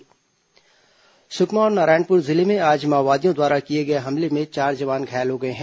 जवान घायल सुकमा और नारायणपुर जिले में आज माओवादियों द्वारा किए गए हमले में चार जवान घायल हो गए हैं